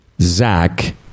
Zach